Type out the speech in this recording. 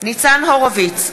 ניצן הורוביץ,